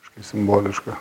kažkaip simboliška